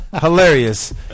Hilarious